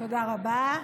תודה רבה.